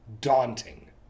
daunting